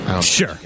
Sure